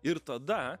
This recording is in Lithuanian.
ir tada